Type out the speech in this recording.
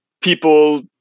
people